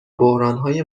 بحرانهای